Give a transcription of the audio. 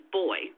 boy